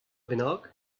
bennak